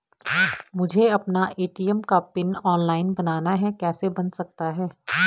मुझे अपना ए.टी.एम का पिन ऑनलाइन बनाना है कैसे बन सकता है?